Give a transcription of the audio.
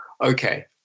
Okay